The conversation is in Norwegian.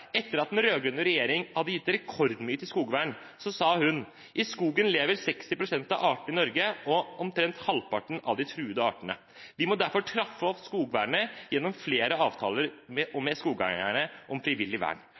etter at den rød-grønne regjering hadde gitt rekordmye til skogvern: «I skogen lever 60 prosent av artene i Norge og omtrent halvparten av de truede artene. Vi må derfor trappe opp skogvernet gjennom flere avtaler med skogeierne om frivillig vern.»